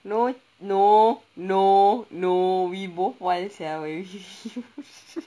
no no no no we both wild sia when we